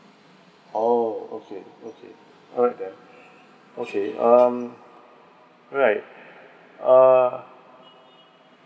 oh okay okay alright then okay um right uh